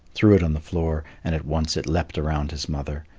threw it on the floor, and at once it leaped around his mother,